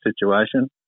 situation